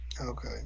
Okay